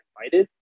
invited